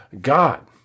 God